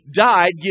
died